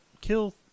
kill